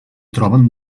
troben